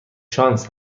شانس